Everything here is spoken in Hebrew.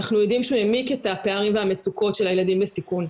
אנחנו יודעים שהוא העמיק את הפערים והמצוקות של הילדים בסיכון,